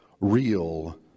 real